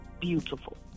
beautiful